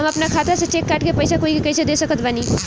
हम अपना खाता से चेक काट के पैसा कोई के कैसे दे सकत बानी?